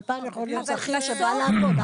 הטלפן יכול להיות שכיר שבא לעבוד.